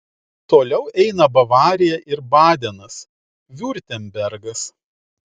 toliau eina bavarija ir badenas viurtembergas